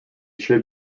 should